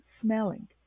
smelling